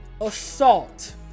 assault